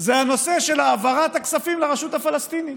זה הנושא של העברת הכספים לרשות הפלסטינית.